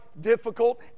difficult